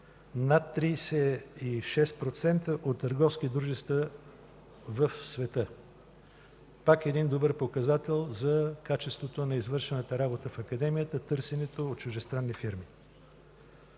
над 36% от търговски дружества в света. Пак един добър показател за качеството на извършената работа в Академията – търсенето от чуждестранни фирми.